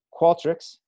Qualtrics